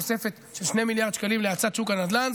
תוספת של 2 מיליארד שקלים להאצת שוק הנדל"ן.